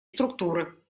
структуры